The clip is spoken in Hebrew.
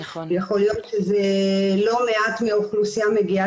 יכול להיות שזה לא מעט מאוכלוסייה שמגיעה